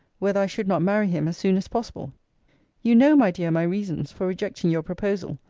whether i should not marry him as soon as possible you know, my dear, my reasons for rejecting your proposal,